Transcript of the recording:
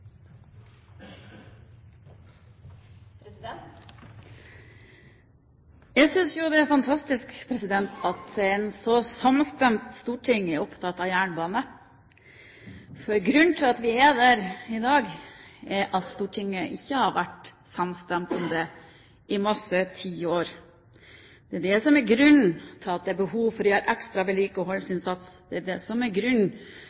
Jeg synes det er fantastisk at et så samstemt storting er opptatt av jernbane. Grunnen til at vi er der i dag, er at Stortinget ikke har vært samstemt om det i mange tiår. Det er det som er grunnen til at det er behov for å gjøre en ekstra vedlikeholdsinnsats. Det er det som er grunnen